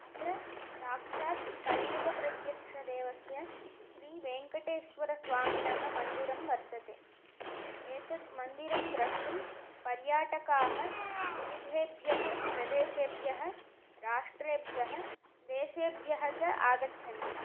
अत्र साक्षात् कलियुगप्रत्यक्षदेवस्य श्रीवेङ्कटेश्वरस्वामिनः मन्दिरं वर्तते एतद् मन्दिरं द्रष्टुं पर्याटकाः विविधेभ्यः प्रदेशेभ्यः राष्ट्रेभ्यः देशेभ्यः च आगच्छन्ति